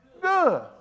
good